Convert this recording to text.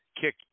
kick